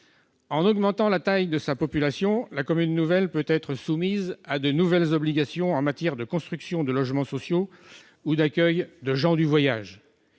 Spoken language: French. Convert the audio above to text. En augmentant la taille de sa population, la commune nouvelle peut être soumise à de nouvelles obligations en matière de construction de logements sociaux ou d'accueil des gens du voyage.